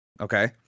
okay